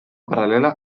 paral·lela